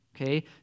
Okay